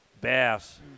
Bass